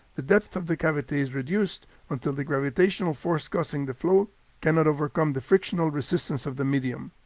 the depth of the cavity is reduced until the gravitational force causing the flow cannot overcome the frictional resistance of the medium.